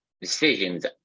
decisions